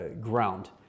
ground